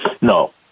no